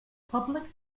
public